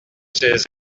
ses